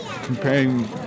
Comparing